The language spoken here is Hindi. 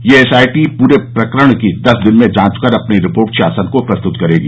यह एसआईटी पूरे प्रकरण की दस दिन में जांच कर अपनी रिपोर्ट शासन को प्रस्तुत करेगी